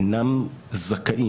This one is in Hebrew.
אינם זכאים,